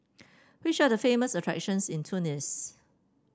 which are the famous attractions in Tunis